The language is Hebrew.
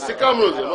סיכמנו את זה.